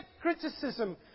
criticism